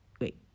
Wait